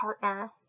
partner